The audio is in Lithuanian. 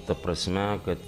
ta prasme kad